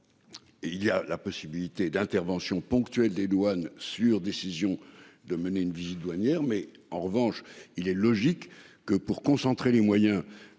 il y a la possibilité d'intervention ponctuelles des douanes sur décision de mener une vie douanières. Mais en revanche il est logique que pour concentrer les moyens